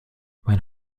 mein